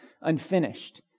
unfinished